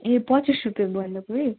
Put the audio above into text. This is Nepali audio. ए पचास रुपियाँ बन्दकोपी